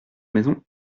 maison